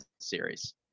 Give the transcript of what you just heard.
series